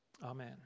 Amen